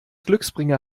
glücksbringer